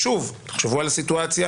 תחשבו על סיטואציה